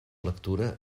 lectura